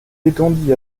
étendit